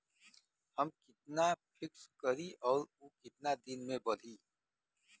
हम कितना फिक्स करी और ऊ कितना दिन में बड़ी?